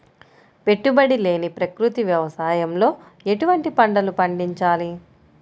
పెట్టుబడి లేని ప్రకృతి వ్యవసాయంలో ఎటువంటి పంటలు పండించాలి?